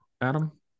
Adam